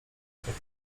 popiół